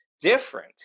different